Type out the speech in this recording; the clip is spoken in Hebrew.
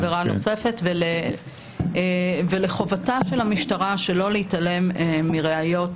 הסמכות בעבירה הנוספת ולחובתה של המשטרה שלא להתעלם מראיות